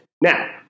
Now